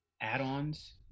add-ons